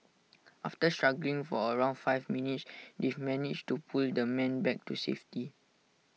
after struggling for around five minutes they've managed to pull the man back to safety